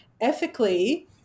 ethically